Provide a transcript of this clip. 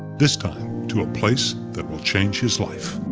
this time to a place that will change his life.